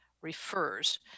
Refers